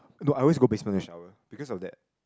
no I always go basement to shower because of that